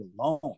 alone